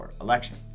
election